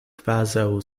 kvazaŭ